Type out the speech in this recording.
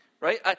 right